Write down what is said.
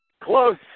close